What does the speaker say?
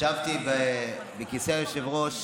ישבתי בכיסא היושב-ראש